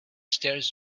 stairs